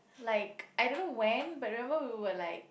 like I don't know when but remember we were like